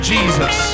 Jesus